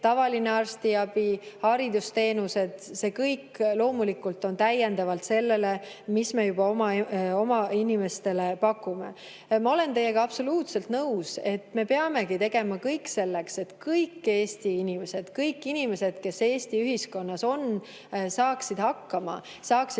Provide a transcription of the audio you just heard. tavaline arstiabi või haridusteenused. See kõik loomulikult on täiendavalt sellele, mida me oma inimestele pakume. Ma olen teiega absoluutselt nõus, et me peamegi tegema kõik selleks, et kõik Eesti inimesed, kõik inimesed, kes Eesti ühiskonnas on, saaksid hakkama. Et nad